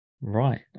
right